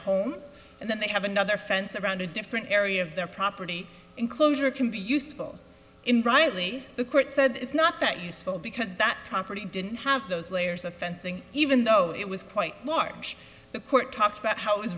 home and then they have another fence around a different area of their property enclosure can be useful in brian lee the court said it's not that useful because that property didn't have those layers of fencing even though it was quite large the court talked about how i